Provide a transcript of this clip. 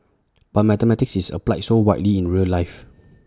but mathematics is applied so widely in real life